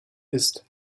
ist